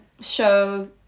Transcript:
show